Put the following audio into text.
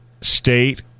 state